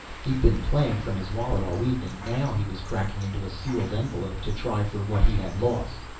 he had been playing from his wallet all evening, now he was cracking into a sealed envelope to try for what he had lost.